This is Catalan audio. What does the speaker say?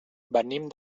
venim